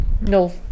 no